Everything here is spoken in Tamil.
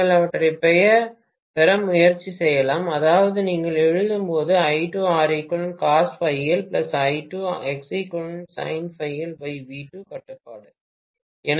நீங்கள் அவற்றைப் பெற முயற்சி செய்யலாம் அதாவது நீங்கள் எழுதும்போது கட்டுப்பாடு